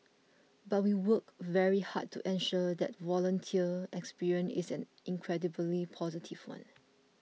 but we work very hard to ensure that volunteer experience isn't incredibly positive one